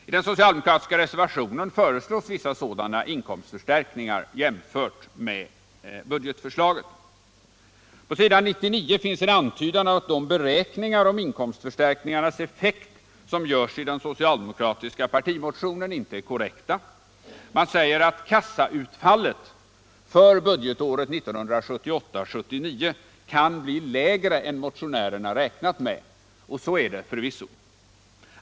I den socialdemokratiska reservationen föreslås vissa sådana inkomstförstärkningar jämfört med budgetförslaget. På s. 99 finns en antydan om att de beräkningar om inkomstförstärkningarnas effekt som görs i den socialdemokratiska partimotionen inte är korrekta. Man säger att kassautfallet för budgetåret 1978/79 kan bli lägre än vad motionärerna räknat med, och så är det förvisso.